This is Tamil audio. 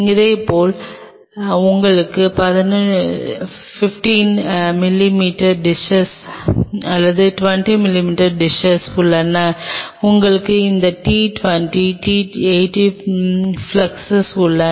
இதேபோல் உங்களிடம் 15 மிமீ டிஸ்ஸஸ் அல்லது 20 மிமீ டிஸ்ஸஸ் உள்ளன உங்களிடம் இந்த டி 20 டி 80 பிளாஸ்க் உள்ளது